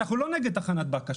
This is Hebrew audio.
אנחנו לא נגד תחנת באקה,